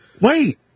Wait